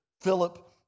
Philip